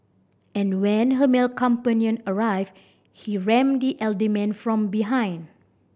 and when her male companion arrived he rammed the elderly man from behind